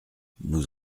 nous